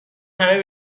همه